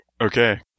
Okay